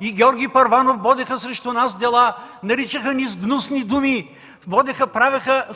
и Георги Първанов водеха срещу нас дела, наричаха ни с гнусни думи, правеха